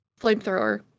flamethrower